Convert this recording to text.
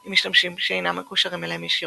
עם משתמשים שאינם מקושרים אליהם ישירות.